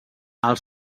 els